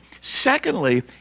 Secondly